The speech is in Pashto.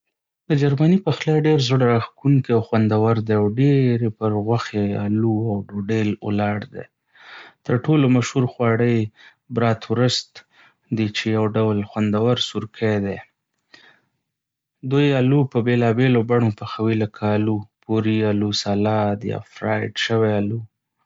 د جرمني پخلی ډېر زړه‌راښکونکی او خوندور دی، او ډېر یې پر غوښې، آلو، او ډوډۍ ولاړ دی. تر ټولو مشهور خواړه یې برات‌وُرست دی، چې یو ډول خوندور سورکی دی. دوی آلو په بېلابېلو بڼو پخوي، لکه آلو پوري، آلو سالاد، یا فرایډ شوي آلو.